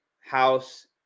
house